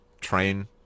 train